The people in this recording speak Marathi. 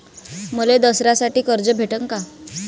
मले दसऱ्यासाठी कर्ज भेटन का?